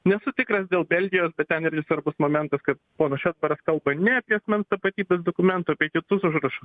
nesu tikras dėl belgijos bet ten irgi svarbus momentas kad ponas šedbaras kalba ne apie asmens tapatybės dokumentą apie kitus užrašus